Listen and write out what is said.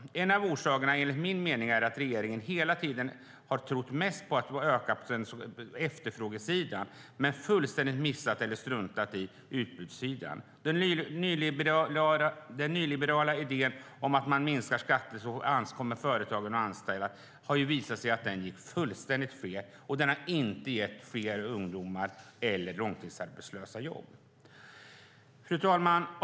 En av orsakerna är enligt min mening att regeringen hela tiden har trott mest på att öka på efterfrågesidan, men fullständigt missat eller struntat i utbudssidan. Den nyliberala idén om att företagen kommer att anställa om man minskar skatterna har visat sig slå fullständigt fel, och den har inte gett fler ungdomar eller långtidsarbetslösa jobb. Fru talman!